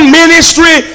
ministry